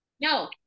No